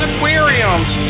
Aquariums